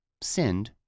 Send